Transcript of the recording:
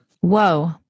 Whoa